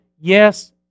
yes